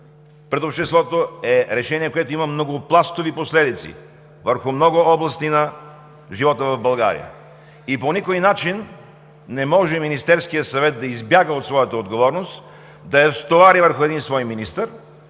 пред обществото – решение, което има многопластови последици върху много области на живота в България. По никой начин не може Министерският съвет да избяга от своята отговорност, да я стовари върху един свой министър